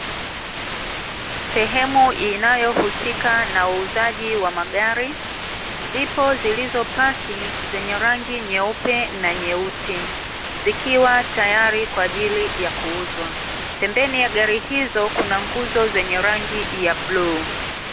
sehemu inayohusika na uuzaji wa magari,. Zipo zilizopaki zenye rangi nyeupe na nyeusi zikiwa tayari kwa ajili ya kuuzwa. Pembeni ya gari hizo kuna nguzo zenye rangi ya bluu.